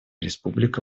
республика